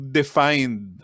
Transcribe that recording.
defined